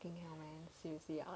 fucking hell man seriously